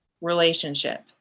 relationship